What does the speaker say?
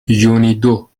یونیدو